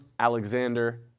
Alexander